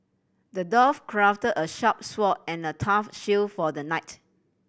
the dwarf crafted a sharp sword and a tough shield for the knight